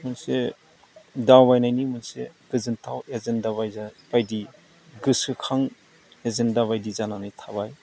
मोनसे दावबायनायनि मोनसे गोजोनथाव एजेन्डा बायदि गोसोखां एजेन्डा बायदि जानानै थाबाय